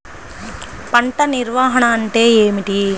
పంట నిర్వాహణ అంటే ఏమిటి?